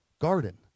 garden